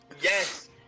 Yes